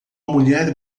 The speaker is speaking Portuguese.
mulher